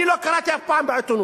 אני לא קראתי אף פעם בעיתונים